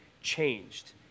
Changed